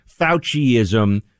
Fauciism